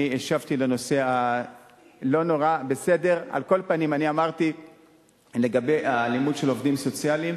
על כל פנים, לגבי האלימות נגד עובדים סוציאליים,